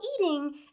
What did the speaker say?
eating